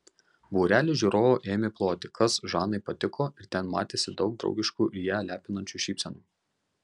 būrelis žiūrovų ėmė ploti kas žanai patiko ir ten matėsi daug draugiškų ir ją lepinančių šypsenų